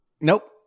nope